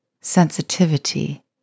sensitivity